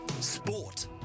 Sport